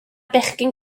bechgyn